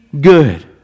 good